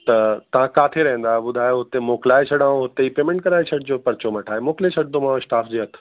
त तव्हां किथे रहंदा ॿुधायो उते मोकिलाए छॾियाव हुते ई पेमेंट कराए छॾिजो परचो मटाए मोकिले छॾिंदोमाव स्टाफ जे हथ